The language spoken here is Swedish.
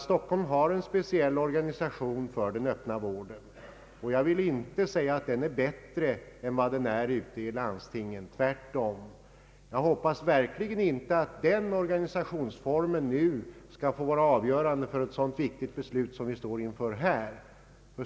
Stockholm har en speciell organisation för den öppna vården. Jag vill inte påstå att den är bättre än dem som finns i landsorten, tvärtom. Jag hoppas verkligen att den organisationsformen inte skall få vara avgörande för ett så viktigt beslut som vi nu står inför.